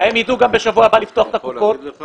הם ידעו גם בשבוע הבא לפתוח את הקופות